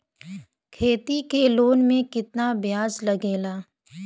खेती के लोन में कितना ब्याज लगेला?